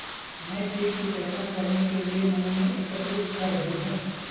मैं कीट की पहचान करने के लिए नमूना एकत्रित कर रही हूँ